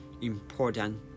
important